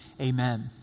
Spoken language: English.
Amen